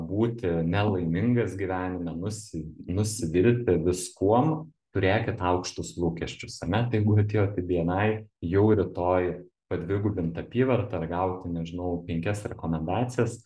būti nelaimingas gyvenime nusi nusivilti viskuom turėkit aukštus lūkesčius ane tai jeigu atėjot į bni jau rytoj padvigubint apyvartą ar gauti nežnau penkias rekomendacijas